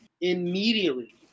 immediately